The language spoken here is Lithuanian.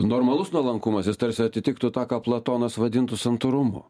normalus nuolankumas jis tarsi atitiktų tą ką platonas vadintų santūrumu